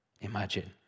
imagine